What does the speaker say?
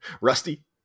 Rusty